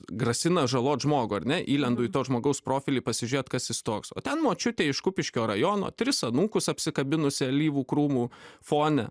grasina žalot žmogų ar ne įlendu į to žmogaus profilį pasižiūrėt kas jis toks o ten močiutė iš kupiškio rajono tris anūkus apsikabinusi alyvų krūmų fone